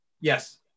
Yes